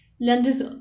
lenders